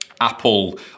Apple